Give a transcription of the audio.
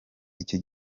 icyo